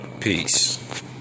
peace